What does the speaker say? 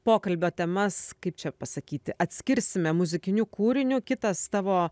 pokalbio temas kaip čia pasakyti atskirsime muzikiniu kūriniu kitas tavo